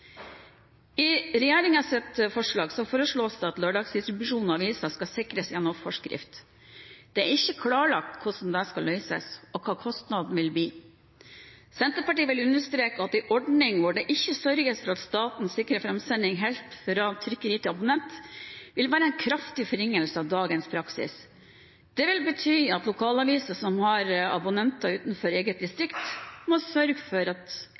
I regjeringens forslag foreslås det at lørdagsdistribusjon av aviser skal sikres gjennom forskrift. Det er ikke klarlagt hvordan dette skal løses, og hva kostnaden vil bli. Senterpartiet vil understreke at en ordning hvor det ikke sørges for at staten sikrer framsending helt fra trykkeri til abonnent, vil være en kraftig forringelse av dagens praksis. Det vil bety at lokalaviser som har abonnenter utenfor eget distrikt, må sørge for at